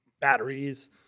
batteries